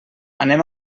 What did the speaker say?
anem